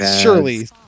surely